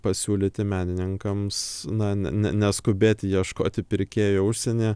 pasiūlyti menininkams na ne ne ne neskubėti ieškoti pirkėjų užsienyje